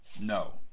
No